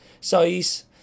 Size